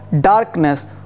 darkness